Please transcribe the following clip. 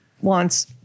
wants